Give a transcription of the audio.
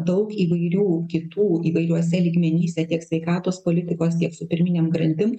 daug įvairių kitų įvairiuose lygmenyse tiek sveikatos politikos tiek su pirminėm grandim